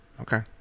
Okay